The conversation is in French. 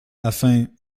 afin